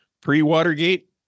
pre-Watergate